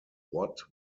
what